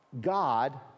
God